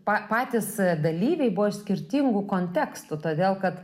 pa patys dalyviai buvo iš skirtingų kontekstų todėl kad